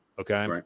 okay